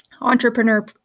Entrepreneur